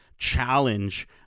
challenge